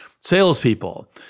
salespeople